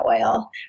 oil